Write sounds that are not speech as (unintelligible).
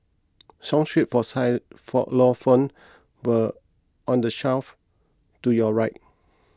song sheets for (unintelligible) but on the shelf to your right